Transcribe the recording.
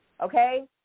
okay